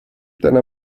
deiner